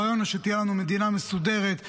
הרעיון הוא שתהיה לנו מדינה מסודרת.